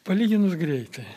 palyginus greitai